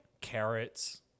carrots